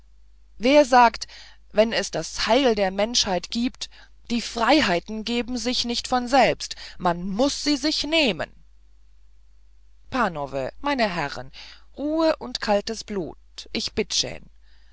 wer sagt wenn es das heil der menschheit gibt die freiheiten geben sich nicht von selbst man muß sie nehmen panove meine herren ruhe und kaltes blut ich